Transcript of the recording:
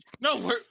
No